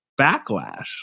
Backlash